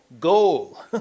goal